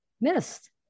missed